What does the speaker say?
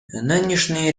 нынешние